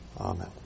Amen